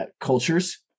cultures